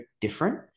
different